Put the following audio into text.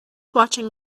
watching